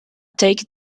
take